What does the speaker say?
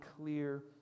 clear